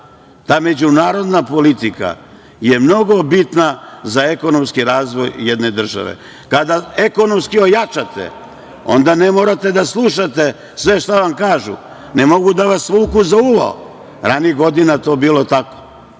Ta međunarodna politika je mnogo bitna za ekonomski razvoj jedne države. Kada ekonomski ojačate onda ne morate da slušate sve šta vam kažu, ne mogu da vas vuku za uvo. Ranijih godina to je bilo tako,